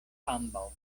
ambaŭ